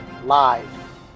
Live